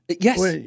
Yes